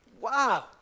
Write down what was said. Wow